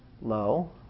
low